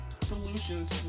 solutions